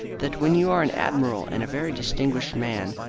that when you are an admiral and a very distinguished man,